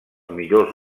millors